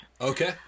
Okay